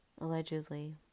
Allegedly